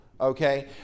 okay